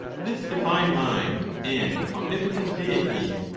this divine mind and omnipotent deity.